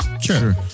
Sure